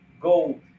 go